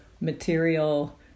material